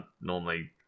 normally